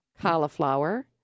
cauliflower